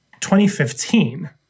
2015